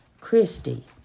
Christy